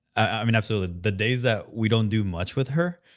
i mean, absolutely the days that we don't do much with her.